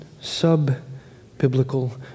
sub-biblical